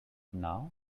now